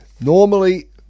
normally